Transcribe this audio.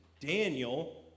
Daniel